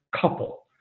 couple